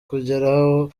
kugeraho